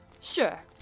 Sure